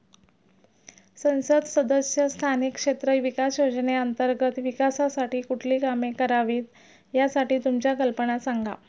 संसद सदस्य स्थानिक क्षेत्र विकास योजने अंतर्गत विकासासाठी कुठली कामे करावीत, यासाठी तुमच्या कल्पना सांगा